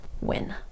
win